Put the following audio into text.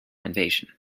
invasion